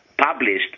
published